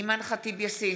אימאן ח'טיב יאסין,